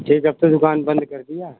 ठीक है फिर दुकान बंद कर दिया